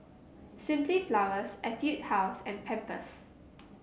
Simply Flowers Etude House and Pampers